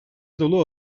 dolu